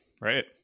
right